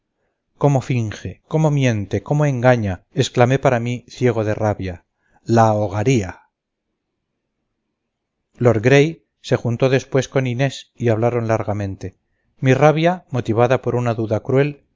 cómo finge cómo miente cómo engaña exclamé para mí ciego de rabia la ahogaría lord gray se juntó después con inés y hablaron largamente mi rabia motivada por una duda cruel